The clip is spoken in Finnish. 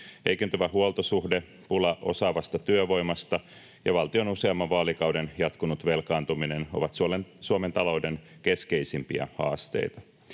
Heikentyvä huoltosuhde, pula osaavasta työvoimasta ja valtion useamman vaalikauden jatkunut velkaantuminen ovat Suomen talouden keskeisimpiä haasteita.